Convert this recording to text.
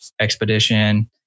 expedition